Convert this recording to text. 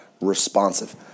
responsive